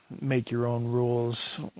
make-your-own-rules